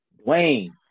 Wayne